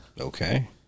Okay